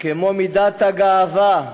כמו מידת הגאווה,